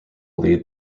lead